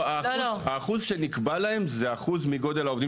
האחוז שנקבע להם הוא האחוז מגודל העובדים